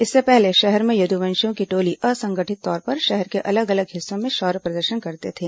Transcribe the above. इससे पहले शहर में यदुवंशियों की टोली असंगठित तौर पर शहर के अलग अलग हिस्सों में शौर्य प्रदर्शन करते थे